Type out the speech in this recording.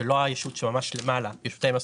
"ישות-אם סופית"